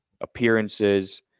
appearances